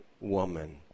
woman